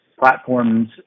platforms